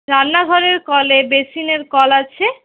রান্নাঘরের কলে বেসিনের কল আছে